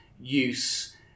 use